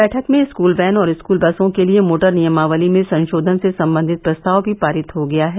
बैठक में school van और स्कूल बसों के लिये मोटर नियमावली में संषोधन से संबंधित प्रस्ताव भी पारित हो गया है